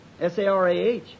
S-A-R-A-H